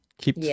Keep